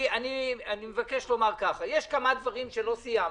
אני מבקש לומר ככה: יש כמה דברים שלא סיימנו.